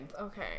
Okay